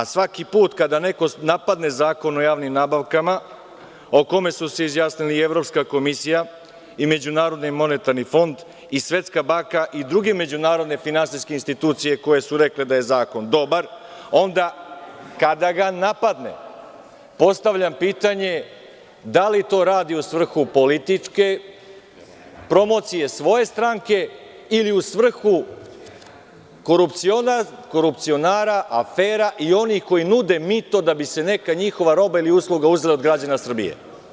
Svaki put kada neko napadne Zakon o javnim nabavkama o kome su se izjasnili i Evropska komisija i Međunarodni monetarni fond, i Svetska banka i druge međunarodne finansijske institucije, koje su rekle da je zakon dobar, onda kada ga napadne postavljam pitanje – da li to radi u svrhu političke promocije svoje stranke ili u svrhu korupcionara, afera i onih koji nude mito da bi se neka njihova roba ili usluga uzela od građana Srbije?